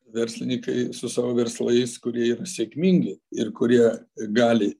verslininkai su savo verslais kurie yra sėkmingi ir kurie gali